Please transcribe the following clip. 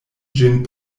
ĝin